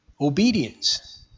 Obedience